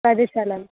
ప్రదేశాల